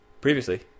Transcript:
previously